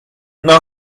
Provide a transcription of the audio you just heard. know